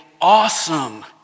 awesome